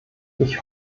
ich